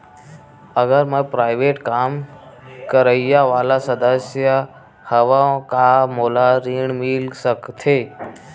अगर मैं प्राइवेट काम करइया वाला सदस्य हावव का मोला ऋण मिल सकथे?